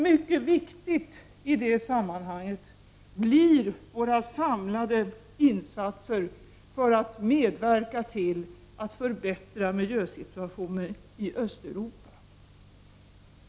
Mycket viktiga i det sammanhanget blir våra samlade insatser för att medverka till att förbättra miljösituationen i Östeuropa.